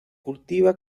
cultiva